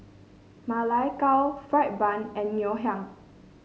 Ma Lai Gao fry bun and Ngoh Hiang